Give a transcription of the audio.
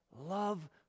love